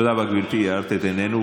תודה רבה, גברתי, הארת את עינינו.